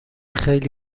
خیلی